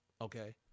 Okay